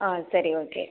ஆ சரி ஓகே